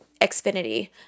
Xfinity